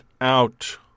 out